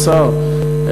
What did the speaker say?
השר,